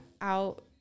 out